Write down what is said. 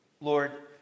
Lord